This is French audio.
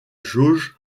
jauge